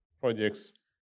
projects